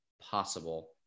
possible